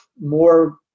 more